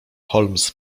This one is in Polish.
holmes